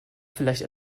vielleicht